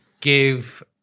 give